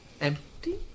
Empty